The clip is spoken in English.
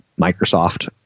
Microsoft